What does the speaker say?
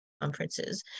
conferences